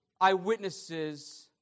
eyewitnesses